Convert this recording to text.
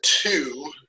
two